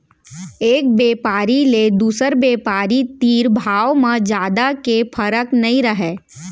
एक बेपारी ले दुसर बेपारी तीर भाव म जादा के फरक नइ रहय